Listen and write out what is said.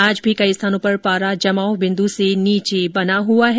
आज भी कई स्थानों पर पारा जमाव बिन्दू से नीचे बना हुआ है